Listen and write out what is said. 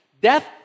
death